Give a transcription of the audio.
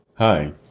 Hi